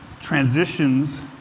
transitions